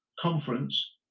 conference